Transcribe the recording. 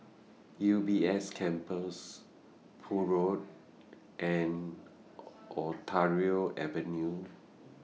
U B S Campus Poole Road and Ontario Avenue